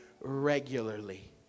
regularly